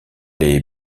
les